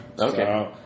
Okay